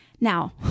Now